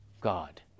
God